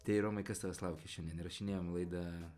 tai romai kas tavęs laukia šiandien įrašinėjam laidą